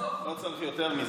לא צריך יותר מזה.